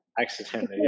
Accidentally